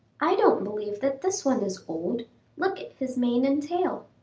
i don't believe that this one is old look at his mane and tail.